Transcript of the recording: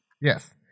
Yes